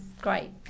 Great